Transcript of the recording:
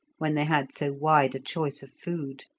when they had so wide a choice of food.